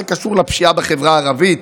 זה קשור לפשיעה בחברה הערבית?